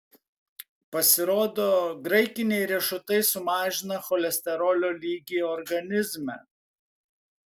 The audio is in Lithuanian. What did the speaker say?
pasirodo graikiniai riešutai sumažina cholesterolio lygį organizme